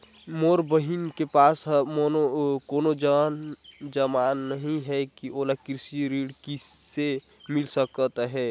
मोर बहिन के पास ह कोनो जमानत नहीं हे, ओला कृषि ऋण किसे मिल सकत हे?